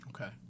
Okay